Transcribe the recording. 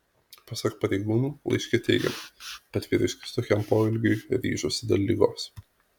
pasak pareigūnų laiške teigiama kad vyriškis tokiam poelgiui ryžosi dėl ligos